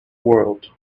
world